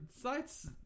sites